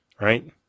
Right